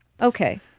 Okay